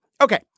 Okay